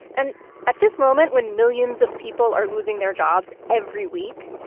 and at this moment when millions of people are losing their jobs every week,